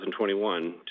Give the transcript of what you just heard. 2021